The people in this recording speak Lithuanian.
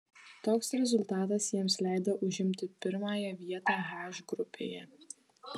toks rezultatas jiems leido užimti pirmąją vietą h grupėje